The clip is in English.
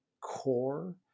core